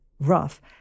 rough